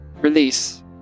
Release